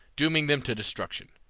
dooming them to destruction.